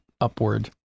upward